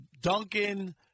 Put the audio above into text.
Duncan